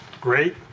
Great